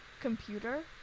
computer